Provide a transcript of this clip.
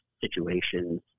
situations